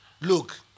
look